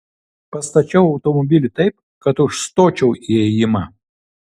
pastačiau automobilį taip kad užstočiau įėjimą